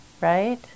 right